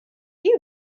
you